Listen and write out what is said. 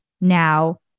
now